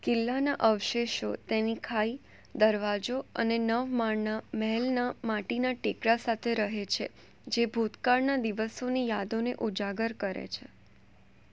કિલ્લાના અવશેષો તેની ખાઈ દરવાજો અને નવ માળના મહેલના માટીના ટેકરા સાથે રહે છે જે ભૂતકાળના દિવસોની યાદોને ઉજાગર કરે છે